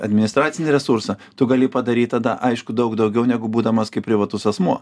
administracinį resursą tu gali padaryt tada aišku daug daugiau negu būdamas kaip privatus asmuo